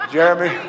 Jeremy